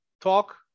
talk